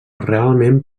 realment